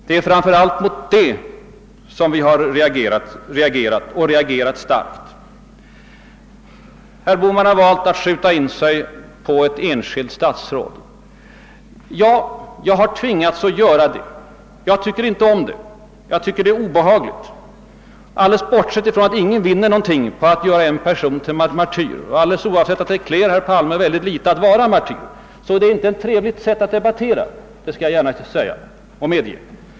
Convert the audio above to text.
Det är framför allt mot detta senare som vi reagerat och reagerat starkt. »Herr Bohman har valt att skjuta in sig på ett enskilt statsråd.» Ja, jag har tvingats att göra det. Jag tycker inte om det, jag tycker att det är obehagligt. Alldeles bortsett från att ingen vinner någonting på att göra en person till martyr och alldeles oavsett att det klär herr Palme väldigt litet att vara martyr, så är det inte ett trevligt sätt att debattera — det skall jag gärna medge.